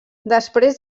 després